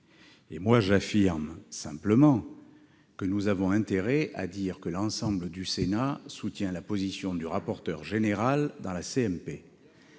part, j'affirme que nous avons intérêt à afficher que l'ensemble du Sénat soutient la position du rapporteur général dans la CMP.